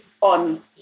on